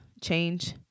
change